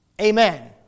Amen